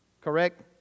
Correct